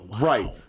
Right